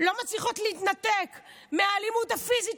לא מצליחות להתנתק מהאלימות הפיזית,